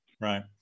Right